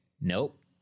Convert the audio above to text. nope